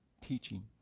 teaching